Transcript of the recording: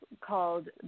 called